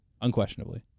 unquestionably